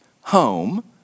home